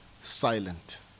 silent